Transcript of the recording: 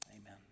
Amen